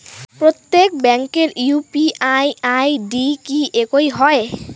প্রত্যেক ব্যাংকের UPI ID কি একই হয়?